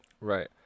Right